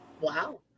wow